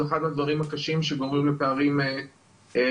זה אחד הדברים הקשים שגורמים לפערים בבריאות.